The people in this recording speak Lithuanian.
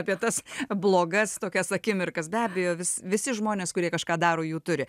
apie tas blogas tokias akimirkas be abejo vis visi žmonės kurie kažką daro jau turi